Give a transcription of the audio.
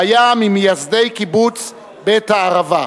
והיה ממייסדי קיבוץ בית-הערבה.